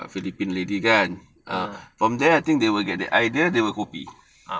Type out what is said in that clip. ah